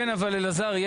אלעזר,